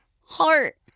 heart